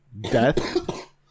death